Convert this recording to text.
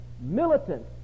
Militant